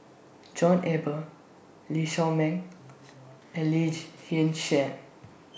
John Eber Lee Shao Meng and Lee Shyan